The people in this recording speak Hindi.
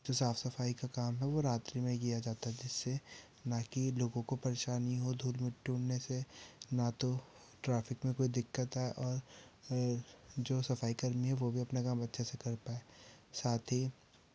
जो साफ सफाई का काम है वो रात्री में किया जाता है जिससे ना की लोगों को परेशानी हो धूल मिट्टी उड़ने से ना तो ट्राफिक में कोई दिक्कत आए और जो सफाई कर्मी हैं वो भी अपना काम अच्छे से कर पाएं साथ ही